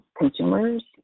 Consumers